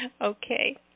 Okay